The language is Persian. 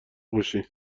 باشی